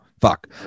Fuck